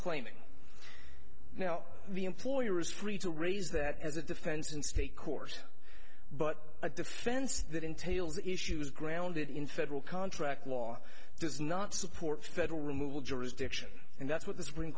claiming now the employer is free to raise that as a defense in state court but a defense that entails issues grounded in federal contract law does not support federal removal jurisdiction and that's what the supr